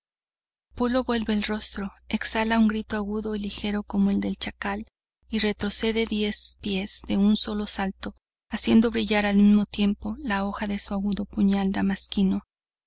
pulo vuelve el rostro exhala un grito agudo y ligero como el del chakal y retrocede diez pies de un solo salto haciendo brillar al mismo tiempo la hoja de su agudo puñal